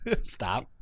Stop